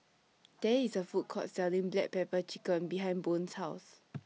There IS A Food Court Selling Black Pepper Chicken behind Boone's House